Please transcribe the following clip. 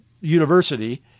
university